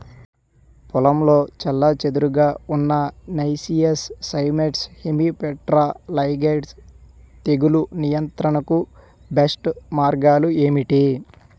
పొలంలో చెల్లాచెదురుగా ఉన్న నైసియస్ సైమోయిడ్స్ హెమిప్టెరా లైగేయిడే తెగులు నియంత్రణకు బెస్ట్ మార్గాలు ఏమిటి?